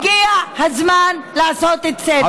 הגיע הזמן לעשות צדק.